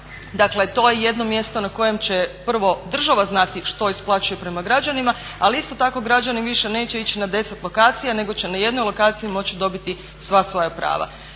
Dakle, to je jedno mjesto na kojem će prvo država znati što isplaćuje prema građanima, ali isto tako građanin više neće ići na 10 lokacija nego će na jednoj lokaciji moći dobiti sva svoja prava.